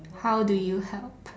how do you help